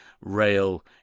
rail